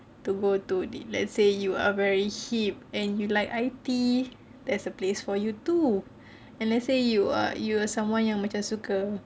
to go to let's say you are very hip and you like I_T there's a place for you too and let's say you are you are someone yang macam suka